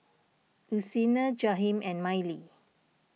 Lucina Jaheem and Mylie